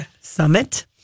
Summit